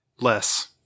Less